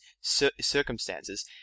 circumstances